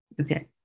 Okay